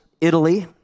Italy